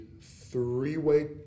three-way